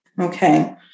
okay